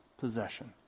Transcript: possession